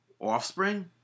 Offspring